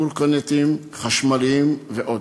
קורקינטים חשמליים ועוד,